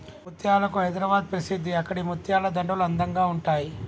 ముత్యాలకు హైదరాబాద్ ప్రసిద్ధి అక్కడి ముత్యాల దండలు అందంగా ఉంటాయి